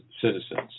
citizens